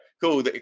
cool